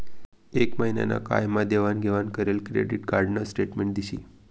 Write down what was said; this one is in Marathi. एक महिना ना काय मा देवाण घेवाण करेल क्रेडिट कार्ड न स्टेटमेंट दिशी